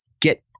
get